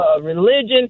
religion